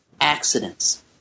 accidents